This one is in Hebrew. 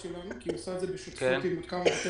כי היא עושה את זה בשותפות עם עוד כמה בתי